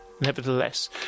nevertheless